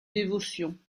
dévotion